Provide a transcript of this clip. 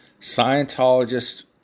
Scientologists